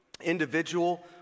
individual